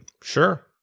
sure